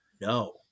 no